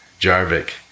Jarvik